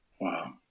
Wow